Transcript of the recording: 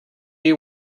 you